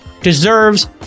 deserves